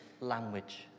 language